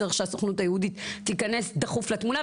צריך שהסוכנות היהודית תיכנס דחוף לתמונה,